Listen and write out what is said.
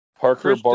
Parker